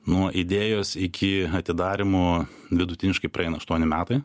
nuo idėjos iki atidarymo vidutiniškai praeina aštuoni metai